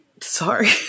sorry